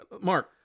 Mark